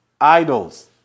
idols